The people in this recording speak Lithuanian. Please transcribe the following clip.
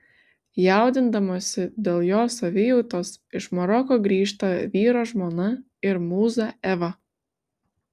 jaudindamasi dėl jo savijautos iš maroko grįžta vyro žmona ir mūza eva